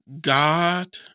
God